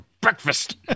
breakfast